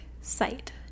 site